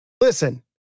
Listen